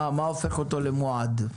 מה הופך אותו למועד?